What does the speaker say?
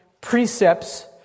precepts